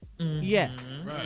Yes